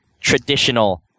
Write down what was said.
traditional